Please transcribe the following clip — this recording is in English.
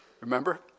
Remember